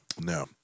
No